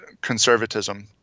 conservatism